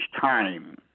time